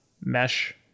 mesh